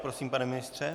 Prosím, pane ministře.